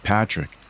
Patrick